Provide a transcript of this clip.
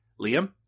liam